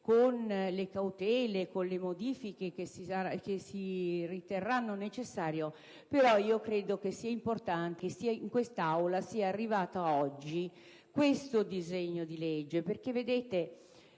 con le cautele e con le modifiche che si riterranno necessarie. Credo sia importante che in Aula sia arrivato oggi questo disegno di legge: perché, vedete,